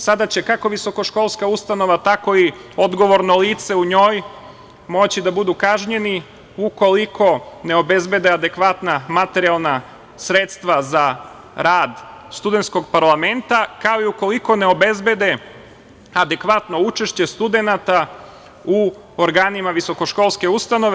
Sada će kako visokoškolska ustanova, tako i odgovorno lice u njoj moći da budu kažnjeni ukoliko ne obezbede adekvatna materijalna sredstva za rada Studentskog parlamenta, kao i ukoliko ne obezbede adekvatno učešće studenta u organima visokoškolske ustanove.